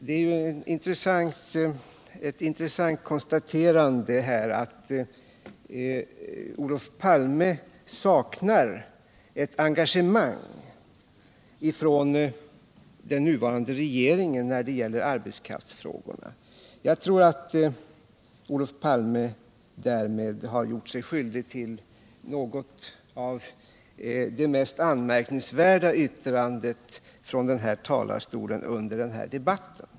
Det är ett intressant konstaterande att Olof Palme säger sig sakna ett engagemang hos den nuvarande regeringen när det gäller arbetskraftsfrågorna. Jag tror att Olof Palme därmed gjort sig skyldig till det kanske mest anmärkningsvärda yttrandet under den här debatten.